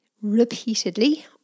repeatedly